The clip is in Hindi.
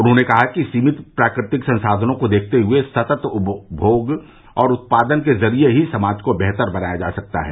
उन्होंने कहा कि सीमित प्राकृतिक संसाधनों को देखते हुए सतत उपभोग और उत्पादन के जरिये ही समाज को बेहतर बनाया जा सकता है